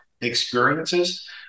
experiences